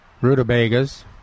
rutabagas